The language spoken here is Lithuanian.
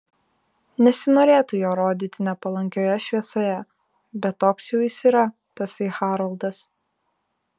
nesinorėtų jo rodyti nepalankioje šviesoje bet toks jau jis yra tasai haroldas